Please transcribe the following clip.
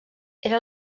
era